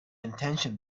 intention